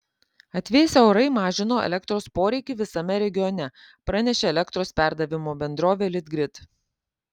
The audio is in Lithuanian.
atvėsę orai mažino elektros poreikį visame regione pranešė elektros perdavimo bendrovė litgrid